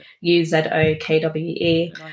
U-Z-O-K-W-E